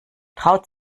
traut